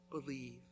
believe